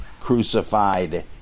crucified